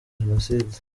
jenoside